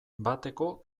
bateko